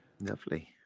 Lovely